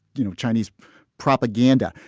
you know, chinese propaganda.